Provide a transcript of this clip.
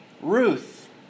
Ruth